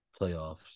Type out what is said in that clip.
playoffs